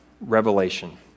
Revelation